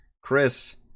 chris